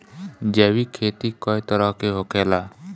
जैविक खेती कए तरह के होखेला?